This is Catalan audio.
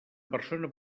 persona